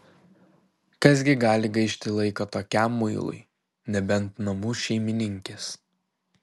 kas gi gali gaišti laiką tokiam muilui nebent namų šeimininkės